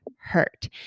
hurt